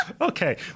Okay